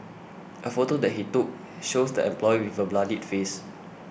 a photo that he took shows the employee with a bloodied face